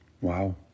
Wow